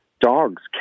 Dogs